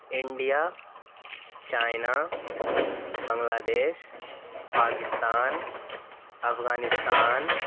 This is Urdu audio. India China Bangladesh Pakistan Afghanistan